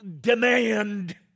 demand